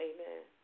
Amen